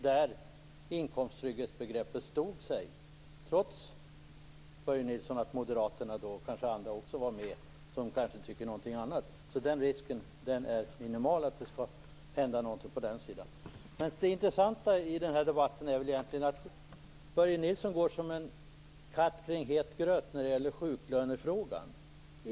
Då stod sig inkomsttrygghetsbegreppet, Börje Nilsson, trots att Moderaterna var med och även andra som kanske tycker någonting annat. Risken är alltså minimal att det skall hända någonting på den sidan. Det intressanta i den här debatten är egentligen att Börje Nilsson går som katten kring het gröt när det gäller sjuklönefrågan.